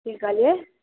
की कहलियै